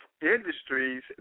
industries